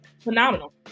phenomenal